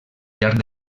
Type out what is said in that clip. llarg